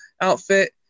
outfit